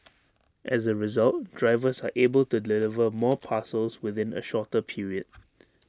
as A result drivers are able to deliver more parcels within A shorter period